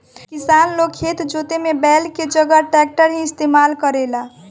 किसान लोग खेत जोते में बैल के जगह ट्रैक्टर ही इस्तेमाल करेला